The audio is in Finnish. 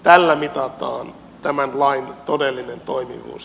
tällä mitataan tämän lain todellinen toimivuus